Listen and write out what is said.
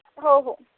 हो हो